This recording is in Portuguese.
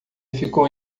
ficou